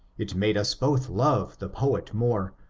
it made us both love the poet more,